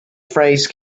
phrase